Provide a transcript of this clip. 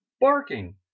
barking